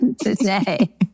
today